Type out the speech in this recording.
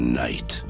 night